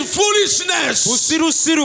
foolishness